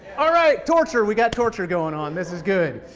all right, torture, we got torture going on, this is good.